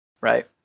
right